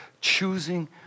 choosing